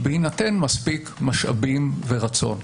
בהינתן מספיק משאבים ורצון.